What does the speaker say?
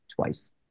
twice